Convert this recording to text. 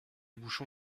bouchon